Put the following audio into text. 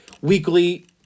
weekly